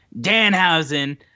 Danhausen